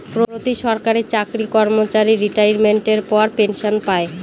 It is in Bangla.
প্রতি সরকারি চাকরি কর্মচারী রিটাইরমেন্টের পর পেনসন পায়